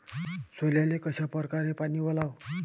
सोल्याले कशा परकारे पानी वलाव?